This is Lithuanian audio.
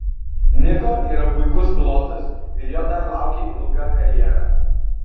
niko yra puikus pilotas ir jo dar laukia ilga karjera